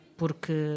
porque